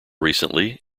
recently